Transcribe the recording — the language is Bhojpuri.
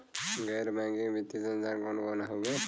गैर बैकिंग वित्तीय संस्थान कौन कौन हउवे?